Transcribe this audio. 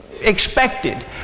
expected